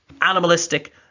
animalistic